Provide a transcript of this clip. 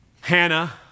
Hannah